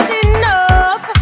enough